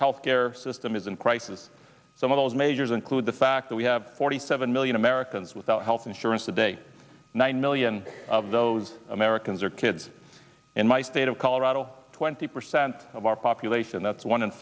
health care system is in crisis some of those measures include the fact that we have forty seven million americans without health insurance today nine million of those americans are kids in my state of twenty percent of our population that's one in